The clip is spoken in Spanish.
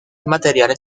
materiales